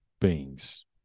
beings